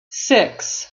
six